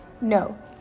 No